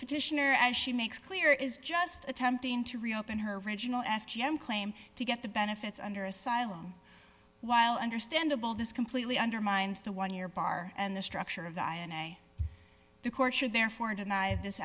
petitioner as she makes clear is just attempting to reopen her original f p m claim to get the benefits under asylum while understandable this completely undermines the one year bar and the structure of the i and i the court should therefore deny this